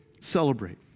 celebrate